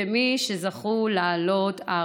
כמי שזכו לעלות ארצה.